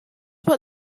what